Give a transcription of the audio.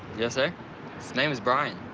yes, sir. his name is brian.